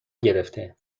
گرفته